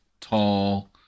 tall